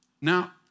Now